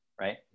right